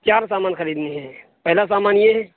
چار سامان خریدنی ہے پہلا سامان یہ ہے